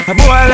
boy